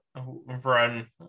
run